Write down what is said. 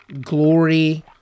Glory